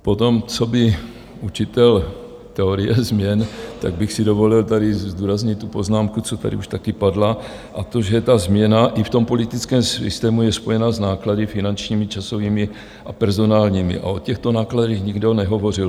Potom coby učitel teorie změn bych si dovolil tady zdůraznit tu poznámku, co tady už také padla, a to, že ta změna i v tom politickém systému je spojena s náklady finančními, časovými a personálními, a o těchto nákladech nikdo nehovořil.